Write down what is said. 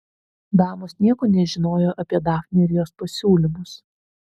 damos nieko nežinojo apie dafnę ir jos pasiūlymus